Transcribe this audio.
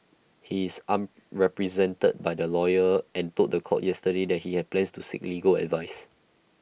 he is unrepresented by the lawyer and told The Court yesterday that he have plans to seek legal advice